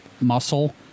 muscle